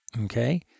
Okay